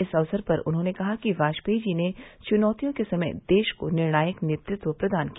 इस अवसर पर उन्होंने कहा कि वाजपेयी जी ने चुनौतियों के समय देश को निर्णायक नेतृत्व प्रदान किया